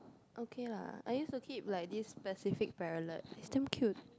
okay lah I used to keep like this pacific Parrotlet it's damn cute